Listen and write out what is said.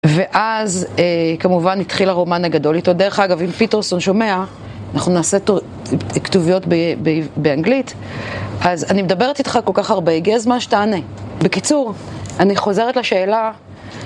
ואז כמובן התחיל הרומן הגדול איתו דרך אגב, אם פיטרסון שומע, אנחנו נעשה כתוביות באנגלית אז אני מדברת איתך כל כך הרבה, הגיע הזמן שתענה. בקיצור, אני חוזרת לשאלה